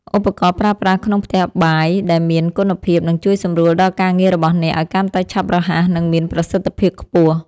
ឧបករណ៍ប្រើប្រាស់ក្នុងផ្ទះបាយដែលមានគុណភាពនឹងជួយសម្រួលដល់ការងាររបស់អ្នកឱ្យកាន់តែឆាប់រហ័ស និងមានប្រសិទ្ធភាពខ្ពស់។